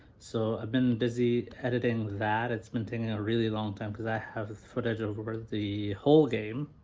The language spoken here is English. so i've been busy editing that it's been taking a really long time because i have footage over the whole game